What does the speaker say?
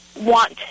want